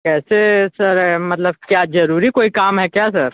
कैसे सर मतलब क्या जरूरी कोई काम है क्या सर